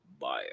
buyer